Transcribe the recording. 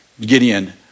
Gideon